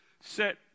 set